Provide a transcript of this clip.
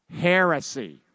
Heresy